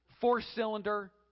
four-cylinder